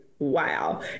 Wow